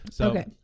Okay